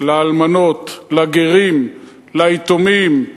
לאלמנות, לגרים, ליתומים,